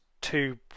two